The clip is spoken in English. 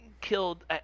killed